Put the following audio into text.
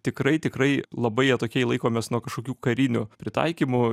tikrai tikrai labai atokiai laikomės nuo kažkokių karinių pritaikymų